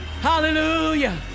Hallelujah